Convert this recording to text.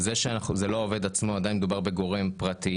זה לא העובד עצמו, עדיין מדובר בגורם פרטי